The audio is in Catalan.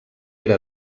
era